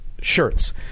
shirts